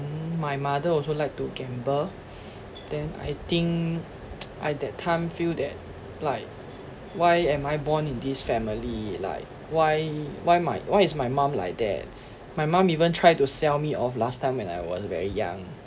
my mother also like to gamble then I think I that time feel that like why am I born in this family like why why my why is my mum like that my mum even tried to sell me off last time when I was very young